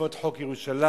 בעקבות חוק ירושלים,